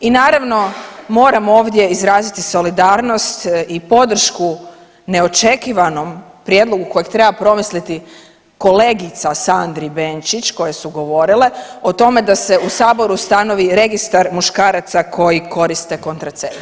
I naravno moram ovdje izraziti solidarnost i podršku neočekivanom prijedlogu kojeg treba promisliti kolegica Sandri Benčić koje su govorile o tome da se u saboru ustanovi registar muškaraca koji koriste kontracepciju.